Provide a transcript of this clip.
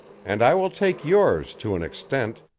and i will take yours to an extent,